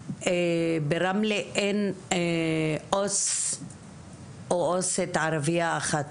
ברמלה אין עו"ס או עו"סית ערבייה אחת